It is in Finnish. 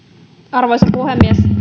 arvoisa puhemies